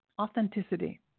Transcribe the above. authenticity